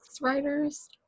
Writers